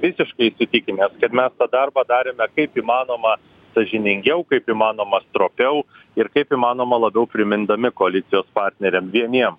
visiškai įsitikinęs kad mes tą darbą darėme kaip įmanoma sąžiningiau kaip įmanoma stropiau ir kaip įmanoma labiau primindami koalicijos partneriams vieniem